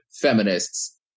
feminists